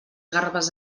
garbes